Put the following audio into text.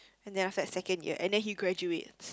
and then after that second year and then he graduates